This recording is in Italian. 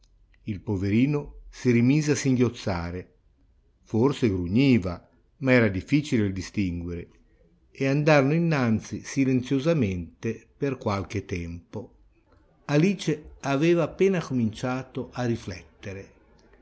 il poverino si rimise a singhiozzare forse grugniva ma era difficile il distinguere e andarono innanzi silenziosamente per qualche tempo alice aveva appena cominciato a riflettere